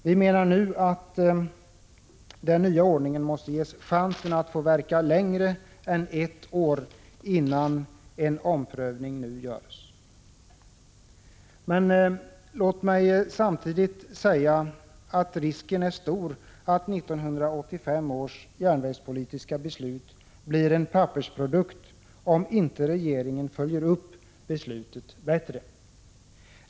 Vi menar nu att den nya ordningen måste ges en chans att få verka längre än ett år innan en omprövning görs. Låt mig samtidigt säga att risken är stor att 1985 års järnvägspolitiska beslut blir en pappersprodukt, om inte regeringen bättre följer upp detta beslut.